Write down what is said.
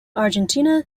argentina